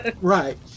Right